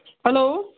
hello